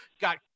got